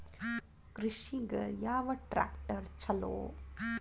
ಕೃಷಿಗ ಯಾವ ಟ್ರ್ಯಾಕ್ಟರ್ ಛಲೋ?